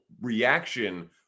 reaction